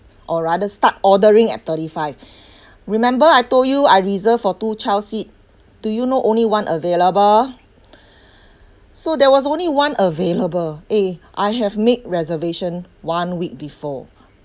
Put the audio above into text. or rather start ordering at thirty five remember I told you I reserved for to child seat do you know only one available so there was only one available eh I have make reservation one week before